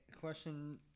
question